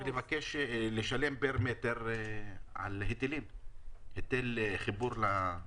לבקש לשלם פר-מטר על היטלי חיבור למים.